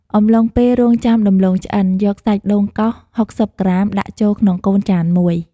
អំឡុងពេលរង់ចាំដំឡូងឆ្អិន យកសាច់ដូងកោស ៦០ ក្រាម ដាក់ចូលក្នុងកូនចានមួយ។